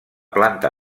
planta